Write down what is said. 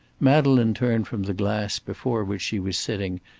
madeleine turned from the glass before which she was sitting,